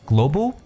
Global